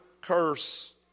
curse